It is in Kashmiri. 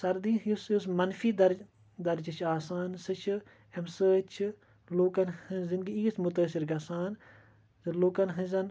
سردی یُس یُس مَنفی درج درجہٕ چھُ آسان سُہ چھُ اَمہِ سۭتۍ چھُ لوٗکَن ہٕنٛز زنٛدگی ایٖژ مُتٲثِر گژھان زِ لوٗکَن ہٕنٛزَن